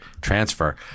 transfer